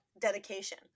dedication